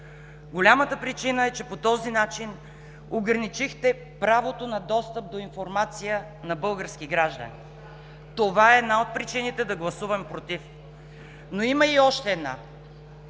Голямата причина е, че по този начин ограничихте правото на достъп до информация на български граждани. Това е една от причините да гласувам „против“. Но има и още една,